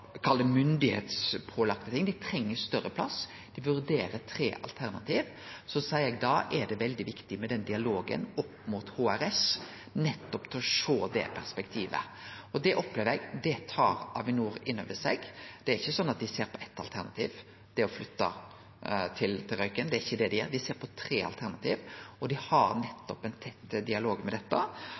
ting: Dei treng større plass, og dei vurderer tre alternativ. Da er det veldig viktig med den dialogen med HRS, nettopp for å sjå det perspektivet. Det opplever eg at Avinor tar innover seg. Det er ikkje slik at dei ser på eitt alternativ, det å flytte til Røyken, det er ikkje det dei gjer. Dei ser på tre alternativ, og dei har ein tett dialog om dette.